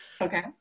Okay